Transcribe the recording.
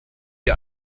die